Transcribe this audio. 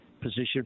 position